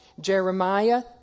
Jeremiah